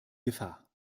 gefahr